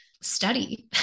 study